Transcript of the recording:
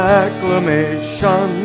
acclamation